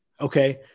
okay